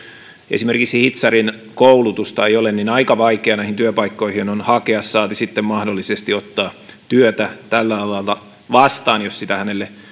esimerkiksi hitsarin koulutusta ei ole niin aika vaikea näihin työpaikkoihin on hakea saati sitten mahdollisesti ottaa työtä tällä alalla vastaan jos sitä